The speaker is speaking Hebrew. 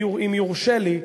אם יורשה לי,